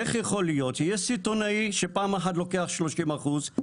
איך יכול להיות שיש סיטונאי שפעם אחת לוקח 30 אחוז,